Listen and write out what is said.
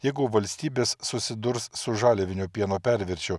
jeigu valstybės susidurs su žaliavinio pieno perviršiu